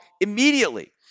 immediately